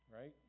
Right